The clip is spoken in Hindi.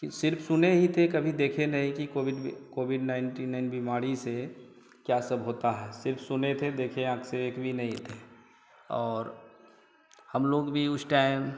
सिर्फ सुने ही थे कभी देखे नहीं कि कोविड कोविड नाइनटी नाइन बीमारी से क्या सब होता है सिर्फ सुने थे देखे आँख से एक भी नहीं थे और हम लोग भी उस टाएम